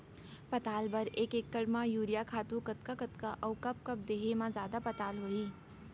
पताल बर एक एकड़ म यूरिया खातू कतका कतका अऊ कब कब देहे म जादा पताल होही?